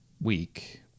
week